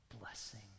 blessing